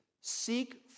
Seek